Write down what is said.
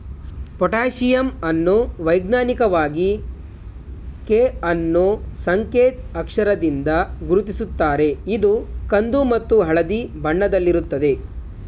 potassium ಅನ್ನು ವೈಜ್ಞಾನಿಕವಾಗಿ K ಅನ್ನೂ ಸಂಕೇತ್ ಅಕ್ಷರದಿಂದ ಗುರುತಿಸುತ್ತಾರೆ ಇದು ಕಂದು ಮತ್ತು ಹಳದಿ ಬಣ್ಣದಲ್ಲಿರುತ್ತದೆ